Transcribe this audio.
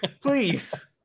Please